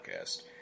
podcast